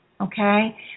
Okay